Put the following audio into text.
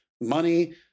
money